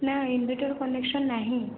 ନା inverter connection ନାହିଁ